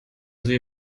sie